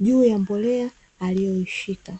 juu ya mbolea aliyoishika.